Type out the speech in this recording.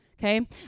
okay